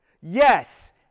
Yes